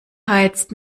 heizt